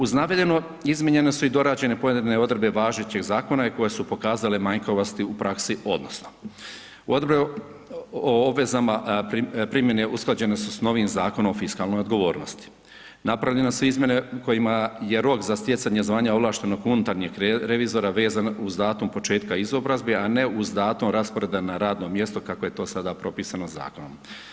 Uz navedeno izmijenjene su i dorađene pojedine odredbe važećeg zakona i koje su pokazale manjkavosti u praksi odnosno, obvezama primjene usklađenje su s novim Zakonom o fiskalnoj odgovornosti, napravljene su izmjene kojima je rok za stjecanje zvanja ovlaštenog unutarnjeg revizora vezano uz datum početka izobrazbe a ne uz datum rasporeda na radno mjesto kako je to sada propisano zakonom.